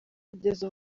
kugeza